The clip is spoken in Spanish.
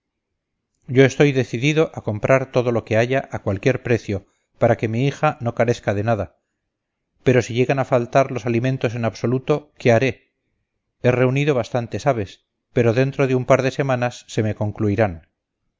yo estoy decidido a comprar todo lo que haya a cualquier precio para que mi hija no carezca de nada pero si llegan a faltar los alimentos en absoluto qué haré he reunido bastantes aves pero dentro de un par de semanas se me concluirán